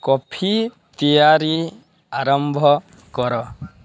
coffee ତିଆରି ଆରମ୍ଭ କର